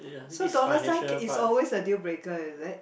so dollar sign can is always a deal breaker is it